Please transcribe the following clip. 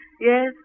yes